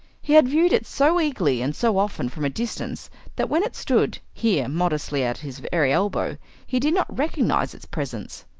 he had viewed it so eagerly and so often from a distance that when it stood here modestly at his very elbow he did not recognize its presence.